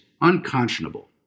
unconscionable